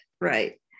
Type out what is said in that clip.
Right